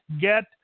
get